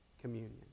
communion